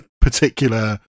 particular